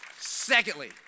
Secondly